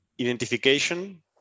identification